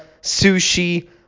sushi